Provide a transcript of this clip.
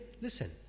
listen